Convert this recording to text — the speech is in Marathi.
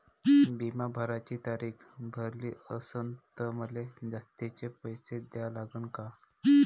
बिमा भराची तारीख भरली असनं त मले जास्तचे पैसे द्या लागन का?